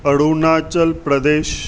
Arunachal Pradesh